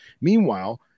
meanwhile